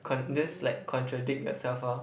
con~ just like contradict yourself lor